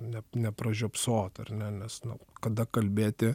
ne nepražiopsot ar ne nes nu kada kalbėti